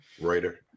Reuter